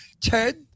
Ted